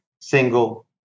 single